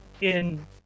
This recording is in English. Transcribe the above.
in-